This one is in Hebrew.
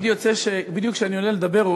תמיד יוצא שבדיוק כשאני עולה לדבר,